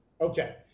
Okay